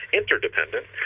interdependent